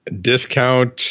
Discount